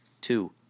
Two